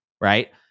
right